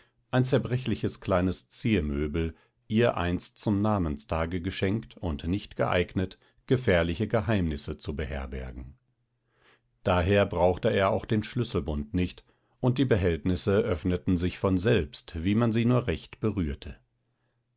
ein zerbrechliches kleines ziermöbel ihr einst zum namenstage geschenkt und nicht geeignet gefährliche geheimnisse zu beherbergen daher brauchte er auch den schlüsselbund nicht und die behältnisse öffneten sich von selbst wie man sie nur recht berührte